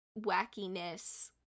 wackiness